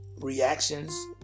reactions